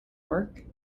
work